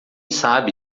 sabe